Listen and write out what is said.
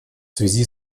связи